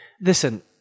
Listen